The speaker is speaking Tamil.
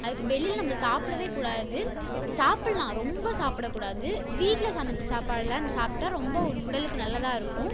அதுக்கு வெளியில் நம்ம சாப்பிடவேக்கூடாது சாப்பிட்லாம் ரொம்ப சாப்பிடக்கூடாது வீட்டில் சமைத்த சாப்பாடுலாம் சாப்பிட்டா ரொம்ப உ உடலுக்கு நல்லதாக இருக்கும்